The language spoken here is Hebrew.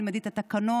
תלמדי את התקנון,